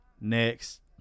next